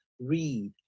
Read